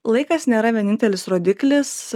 laikas nėra vienintelis rodiklis